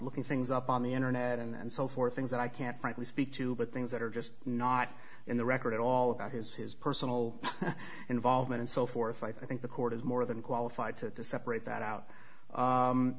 looking things up on the internet and so forth things that i can't frankly speak to but things that are just not in the record at all about his his personal involvement and so forth i think the court is more than qualified to separate that out